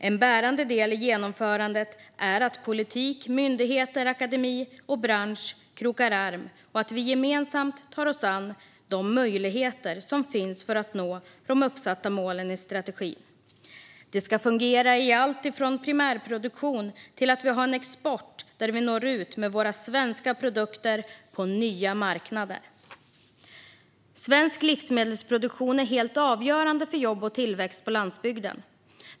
En bärande del i genomförandet är att politik, myndigheter, akademi och bransch krokar arm och gemensamt tar oss an de möjligheter som finns för att nå de uppsatta målen i strategin. Det ska fungera i alltifrån primärproduktion till att vi har en export där vi når ut med våra svenska produkter på nya marknader. Svensk livsmedelsproduktion är helt avgörande för jobb och tillväxt på landsbygden.